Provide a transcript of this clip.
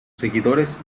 seguidores